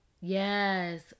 Yes